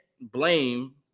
blame